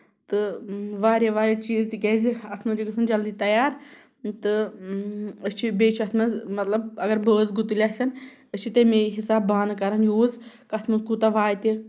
تہٕ واریاہ واریاہ چیٖز تِکیازِ اَتھ منٛز چھُ گژھان جلدی تَیار تہٕ أسۍ چھِ بیٚیہِ چھِ اَتھ منٛز مطلب اَگر بٲژ گُتُلۍ آسن أسۍ چھ تمے حِسابہٕ بانہٕ کران یوٗز کَتھ منٛز کوٗتاہ واتہِ